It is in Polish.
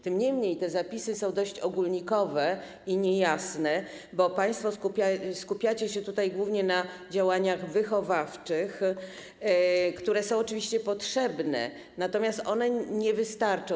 Tym niemniej te zapisy są dość ogólnikowe i niejasne, bo państwo skupiacie się głównie na działaniach wychowawczych, które są oczywiście potrzebne, natomiast one nie wystarczą.